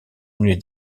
une